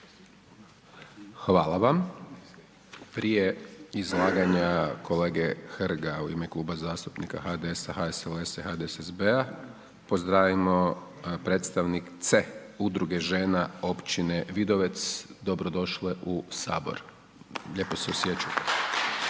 Hvala vam. Prije izlaganja kolege Hrga u ime Kluba zastupnika HDS-a, HSLS-a i HDSSB-a pozdravimo predstavnice Udruge žena općine Vidovec, dobrodošle u sabor, lijepo se osjećajte.